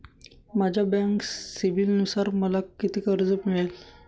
माझ्या बँक सिबिलनुसार मला किती कर्ज मिळेल?